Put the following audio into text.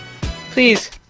please